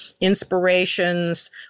inspirations